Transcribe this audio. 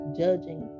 judging